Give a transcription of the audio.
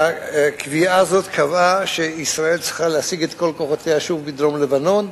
נקבע שישראל צריכה להסיג את כל כוחותיה שוב מדרום-לבנון,